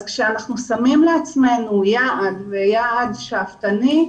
אז כשאנחנו שמים לעצמנו יעד, ויעד שאפתני,